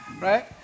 right